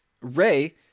Ray